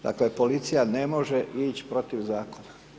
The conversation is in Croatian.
Dakle, policija ne može ići protiv Zakona.